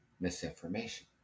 misinformation